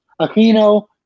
Aquino